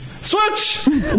Switch